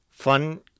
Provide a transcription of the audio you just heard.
fun